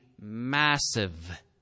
massive